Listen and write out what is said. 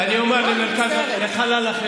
אני לא חושב, לא.